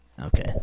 Okay